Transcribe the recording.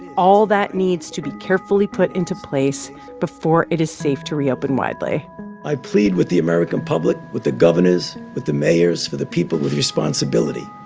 all that needs to be carefully put into place before it is safe to reopen widely i plead with the american public, with the governors, with the mayors for the people with responsibility.